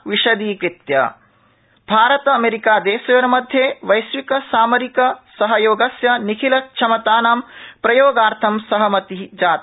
Rajnath Austin Bharat अमेरिकादेशयोर्मध्ये वैश्विक सामरिक सहयोगस्य निखिलक्षमतानां प्रयोगार्थ सहमति जाता